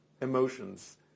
emotions